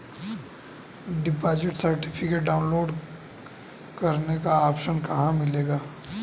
Deposit certificate download करने का option कहां मिलेगा?